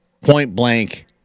point-blank